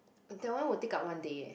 that one will take up one day eh